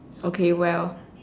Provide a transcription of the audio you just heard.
okay well